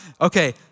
Okay